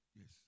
Yes